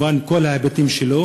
על כל ההיבטים שלו,